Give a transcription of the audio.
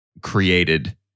created